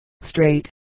straight